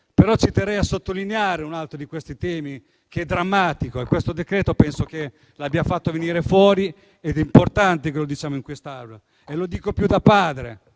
Però, ci terrei a sottolineare un altro di questi temi, che è drammatico. Questo decreto lo ha fatto venire fuori ed è importante che se ne parli in quest'Aula. Lo dico più da padre